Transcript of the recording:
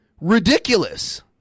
ridiculous